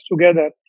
together